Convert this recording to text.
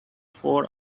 four